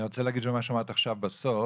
בקשר למה שאמרת בסוף,